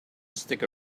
stick